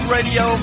Radio